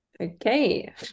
Okay